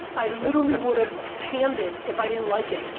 i literally would've panned it if i didn't like it.